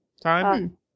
Time